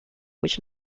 which